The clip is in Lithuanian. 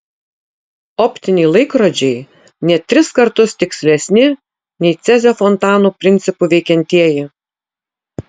optiniai laikrodžiai net tris kartus tikslesni nei cezio fontanų principu veikiantieji